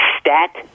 Stat